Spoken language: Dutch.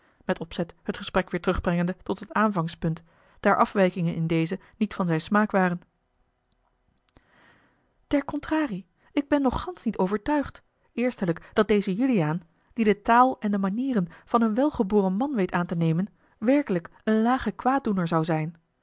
met opzet het gesprek weêr terugbrengende tot het aanvangspunt daar afwijkingen in dezen niet van zijn smaak waren ter contrarie ik ben nog gansch niet overtuigd eerstelijk dat deze juliaan die de taal en de manieren van een welgeboren man weet aan te nemen werkelijk een lage kwaaddoener zou zijn